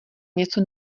něco